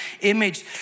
image